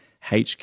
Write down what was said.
HQ